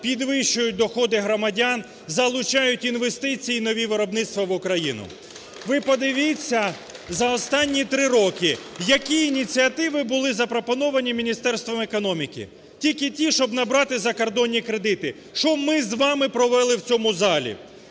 підвищують доходи громадян, залучають інвестиції, нові виробництва в Україну. Ви подивіться, за останні три роки які ініціативи були запропоновані Міністерством економіки. Тільки ті, щоб набрати закордонні кредити. Що ми з вами провели в цьому залі?